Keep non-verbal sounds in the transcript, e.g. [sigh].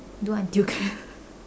do until [laughs]